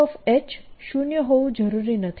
H શૂન્ય હોવું જરૂરી નથી